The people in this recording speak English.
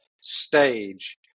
stage